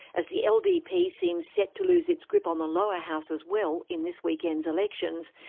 as the ldp seems set to lose its grip on the lower house as well in this weekend's elections,